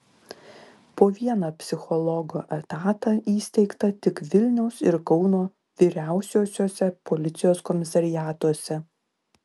po vieną psichologo etatą įsteigta tik vilniaus ir kauno vyriausiuosiuose policijos komisariatuose